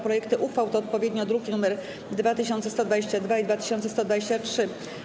Projekty uchwał to odpowiednio druki nr 2122 i 2123.